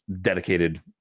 dedicated